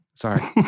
Sorry